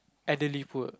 elderly poor